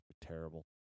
Terrible